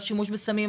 על שימוש בסמים,